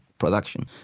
production